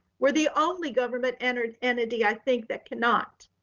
we're the only government entered entity i think that cannot.